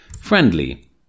friendly